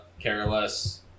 Careless